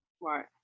Right